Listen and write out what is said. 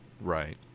right